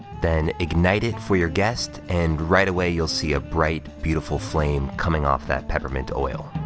then ignite it for your guest, and right away you'll see a bright, beautiful flame coming off that peppermint oil.